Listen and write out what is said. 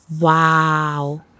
wow